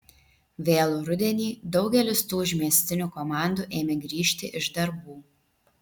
vėlų rudenį daugelis tų užmiestinių komandų ėmė grįžti iš darbų